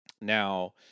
Now